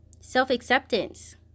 self-acceptance